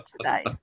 today